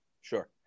Sure